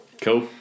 cool